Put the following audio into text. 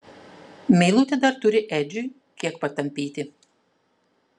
meilutė dar turi edžiui kiek patampyti